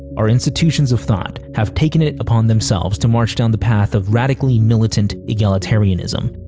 our institutions of thought have taken it upon themselves to march down the path of radically militant egalitarianism.